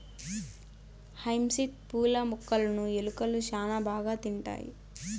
hyacinth పూల మొక్కలును ఎలుకలు శ్యాన బాగా తింటాయి